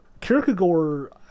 Kierkegaard